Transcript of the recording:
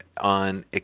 on